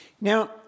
Now